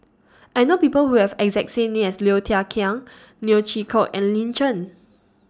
I know People Who Have exact same name as Low Thia Khiang Neo Chwee Kok and Lin Chen